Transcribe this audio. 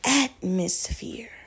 atmosphere